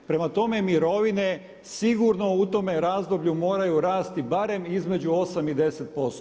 Prema tome, mirovine sigurno u tome razdoblju moraju rasti barem između 8 i 10%